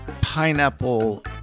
pineapple